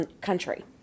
Country